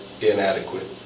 inadequate